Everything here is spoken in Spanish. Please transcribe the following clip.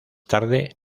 tarde